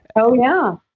oh yeah.